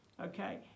Okay